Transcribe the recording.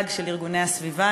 ארגון-הגג של ארגוני הסביבה.